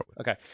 okay